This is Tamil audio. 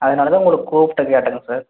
அதனால் தான் உங்களை கூப்பிட்டு கேட்டங்க சார்